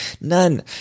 None